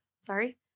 Sorry